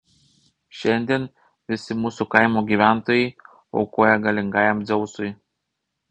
šiandien visi mūsų kaimo gyventojai aukoja galingajam dzeusui